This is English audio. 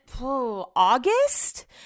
August